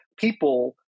people